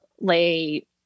lay